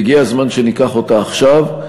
והגיע הזמן שנקבל אותה עכשיו.